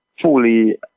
fully